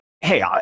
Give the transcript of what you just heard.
hey